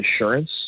insurance